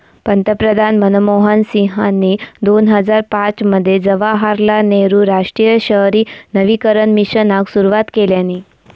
पंतप्रधान मनमोहन सिंहानी दोन हजार पाच मध्ये जवाहरलाल नेहरु राष्ट्रीय शहरी नवीकरण मिशनाक सुरवात केल्यानी